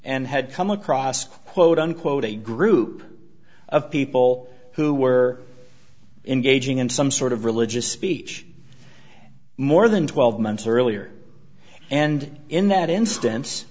and had come across quote unquote a group of people who were engaging in some sort of religious speech more than twelve months earlier and in that instance